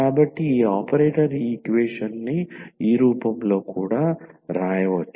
కాబట్టి ఈ ఆపరేటర్ ఈక్వేషన్ని ఈ రూపంలో కూడా వ్రాయవచ్చు